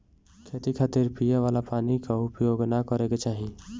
खेती खातिर पिए वाला पानी क उपयोग ना करे के चाही